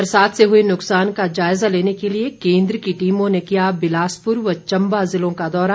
बरसात से हुए नुकसान का जायजा लेने के लिए केन्द्र की टीमों ने किया बिलासपुर व चम्बा जिलों का दौरा